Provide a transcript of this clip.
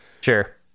Sure